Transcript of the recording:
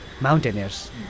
mountaineers